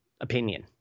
opinion